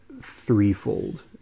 threefold